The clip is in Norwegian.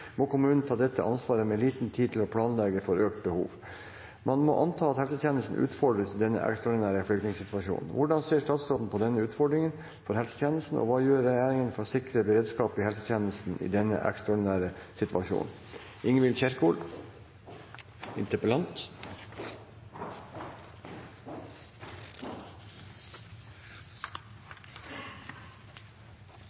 må også tenke nytt i måtene vi gir helsetilbudet på. Derfor er mitt spørsmål til statsråden dette: Hvordan ser statsråden på denne utfordringen for helsetjenesten, og hva gjør regjeringen for å sikre beredskap i helsetjenesten i denne ekstraordinære situasjonen?